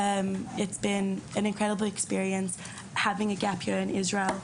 זו חוויה מדהימה להגיע דרך גאפ לישראל,